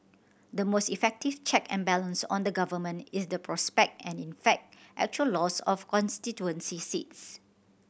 the most effective check and balance on the Government is the prospect and in fact actual loss of constituency seats